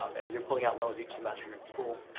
um and you're pulling out loans each semester you're in school.